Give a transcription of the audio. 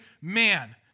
man